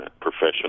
professional